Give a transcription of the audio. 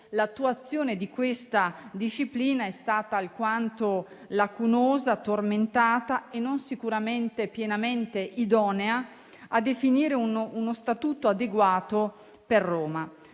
l'attuazione di questa disciplina è stata alquanto lacunosa, tormentata e sicuramente non pienamente idonea a definire uno statuto adeguato per Roma.